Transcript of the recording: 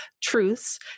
truths